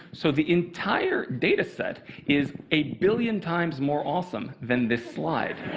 so the entire data set is a billion times more awesome than this slide.